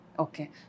Okay